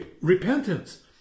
repentance